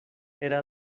era